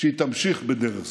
שהיא תמשיך בדרך זו.